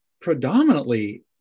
predominantly